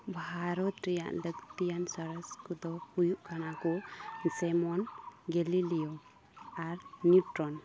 ᱵᱷᱟᱨᱚᱛ ᱨᱮᱭᱟᱜ ᱞᱟᱹᱠᱛᱤᱭᱟᱱ ᱥᱚᱨᱮᱥ ᱠᱚᱫᱚ ᱦᱩᱭᱩᱜ ᱠᱟᱱᱟ ᱠᱚ ᱡᱮᱢᱚᱱ ᱜᱮᱞᱤᱞᱤᱭᱳ ᱟᱨ ᱱᱤᱭᱩᱴᱨᱚᱱ